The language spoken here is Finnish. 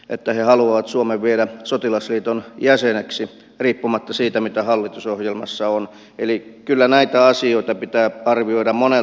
ette halua suomen viedä sotilasliiton jäseneksi riippumatta siitä mitä hallitusohjelmassa on yli kyllä näitä asioita pitää arvioida monen